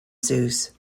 zeus